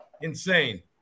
Insane